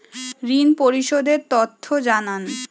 ঋন পরিশোধ এর তথ্য জানান